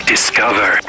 Discover